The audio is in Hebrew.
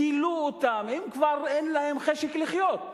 כילו אותם, כבר אין להם חשק לחיות.